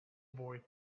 boy